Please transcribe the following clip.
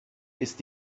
ist